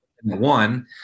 one